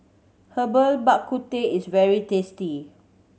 Herbal Bak Ku Teh is very tasty